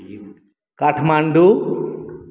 Kathmandu